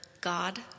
God